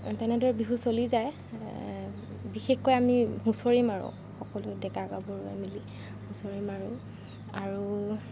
তেনেদৰে বিহু চলি যায় বিশেষকৈ আমি হুঁচৰি মাৰোঁ সকলো ডেকা গাভৰুৱে মিলি হুঁচৰি মাৰোঁ আৰু